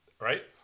Right